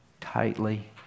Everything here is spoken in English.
tightly